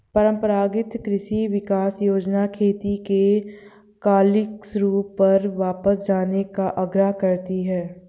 परम्परागत कृषि विकास योजना खेती के क्लासिक रूपों पर वापस जाने का आग्रह करती है